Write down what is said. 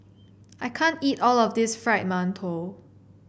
I can't eat all of this Fried Mantou